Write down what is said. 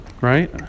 Right